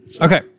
Okay